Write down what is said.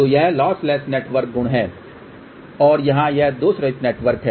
तो यह lossless network गुण है और यहां यह दोषरहित नेटवर्क है